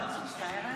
פסיק ארבע.